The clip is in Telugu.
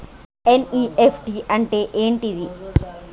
ఎన్.ఇ.ఎఫ్.టి అంటే ఏంటిది?